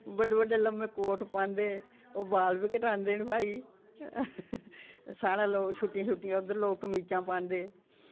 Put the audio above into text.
बड्डे बड्डे लम्मे कोट पांदे ओह् बाल बी कटांदे न भाई साढ़े लोक छुट्टियां छुट्टियां लोक उद्धर कमीजां पांदे